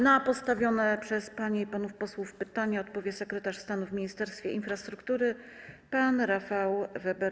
Na postawione przez panie i panów posłów pytania odpowie sekretarz stanu w Ministerstwie Infrastruktury pan Rafał Weber.